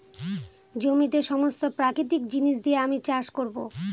জমিতে সমস্ত প্রাকৃতিক জিনিস দিয়ে আমি চাষ করবো